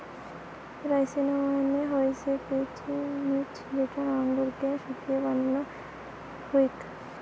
রাইসিনা মানে হৈসে কিছমিছ যেটা আঙুরকে শুকিয়ে বানানো হউক